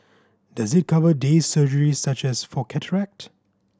does it cover day surgery such as for cataract